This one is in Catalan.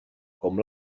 com